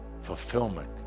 fulfillment